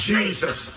Jesus